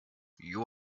you